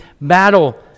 battle